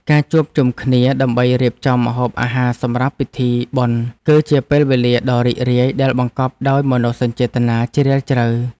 ការជួបជុំគ្នាដើម្បីរៀបចំម្ហូបអាហារសម្រាប់ពិធីបុណ្យ គឺជាពេលវេលាដ៏រីករាយដែលបង្កប់ដោយមនោសញ្ចេតនាជ្រាលជ្រៅ។